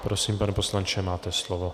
Prosím, pane poslanče, máte slovo.